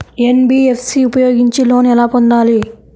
NBFC ఉపయోగించి loan ఎలా పొందాలి?